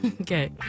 Okay